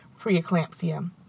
preeclampsia